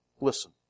listen